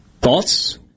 Thoughts